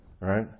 right